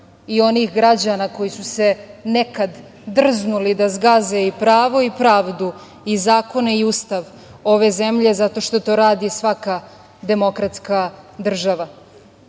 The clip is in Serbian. i onih građana koji su se nekada drznuli da zgaze i pravo i pravdu i zakone i Ustav ove zemlje, zato što to radi svaka demokratska država. Jedan